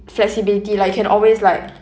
flexibility like you can always like